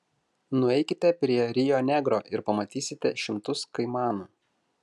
nueikite prie rio negro ir pamatysite šimtus kaimanų